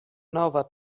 nova